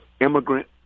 immigrant